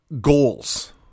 goals